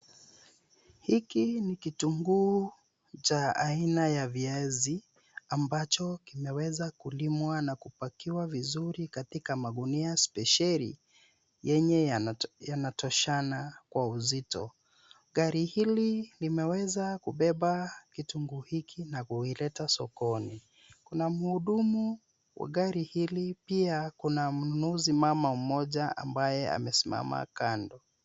Hiki ni kitunguu cha ina ya viazi ambacho kinaweza kulimwa na kupakiwa vizuri katika magunia spesheli yenye yanatoshana kwa uzito. Gari hili limeweza kubeba kitunguu hiki na kuileta sokoni. Kuna mhudumu wa gari hili pia kuna mnunuzi mama mmoja ambaye amesimama kando.